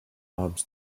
arms